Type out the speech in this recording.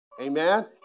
Amen